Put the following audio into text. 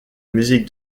musique